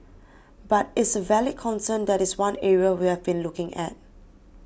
but is a valid concern that is one area we have been looking at